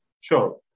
Sure